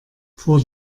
vor